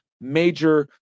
major